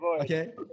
okay